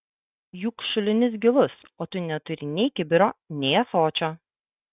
juk šulinys gilus o tu neturi nei kibiro nei ąsočio